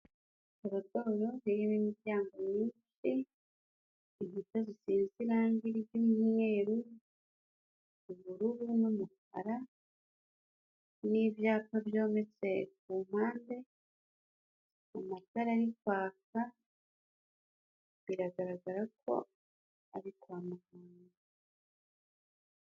Korodoro irimo imiryango myinshi, inkuta zisize irangi ry'umweru, ubururu n'umukara, n'ibyapa byometse ku mpande, amatara ari kwaka, biragaragara ko ari kwa muganga.